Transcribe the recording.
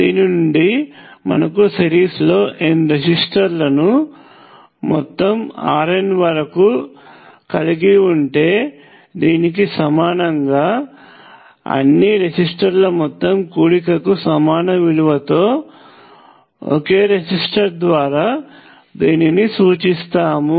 దీని నుండి మనకు సిరీస్లో n రెసిస్టర్లను మొత్తం RN వరకు కలిగి ఉంటే దీనికి సమానంగా అన్నీ రెసిస్టర్ల మొత్తం కూడిక కి సమానమైన విలువ తో ఒకే రెసిస్టర్ ద్వారా దీనిని సూచిస్తాము